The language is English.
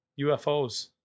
UFOs